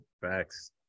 Facts